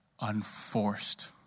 unforced